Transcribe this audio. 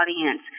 audience